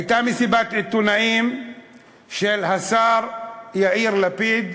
הייתה מסיבת עיתונאים של השר יאיר לפיד,